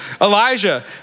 Elijah